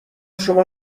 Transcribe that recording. شما